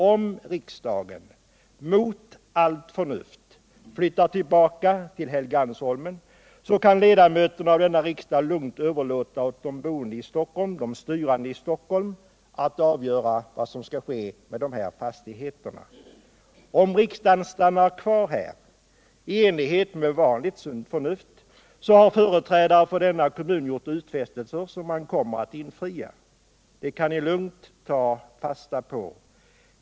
Om riksdagen, mot allt förnuft, flyttar tillbaka till Helgeandsholmen kan ledamöterna av denna riksdag lugnt överlåta åt de boende i Stockholm och de styrande i Stockholm att avgöra vad som skall ske med de här fastigheterna. Om riksdagen stannar kvar här — i enlighet med vanligt sunt förnuft — har företrädare för denna stad gjort utfästelser som man kommer att infria. Det kan nilugnt ta fasta på.